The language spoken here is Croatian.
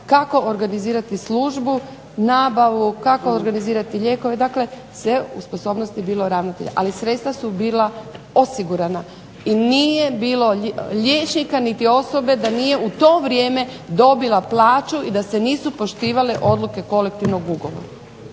organizirati službu, nabavu, kako organizirati lijekove. Dakle, sve je u sposobnosti bilo ravnatelja. Ali sredstva su bila osigurana i nije bilo liječnika niti osobe da nije u to vrijeme dobila plaću i da se nisu poštivale odluke kolektivnog ugovora.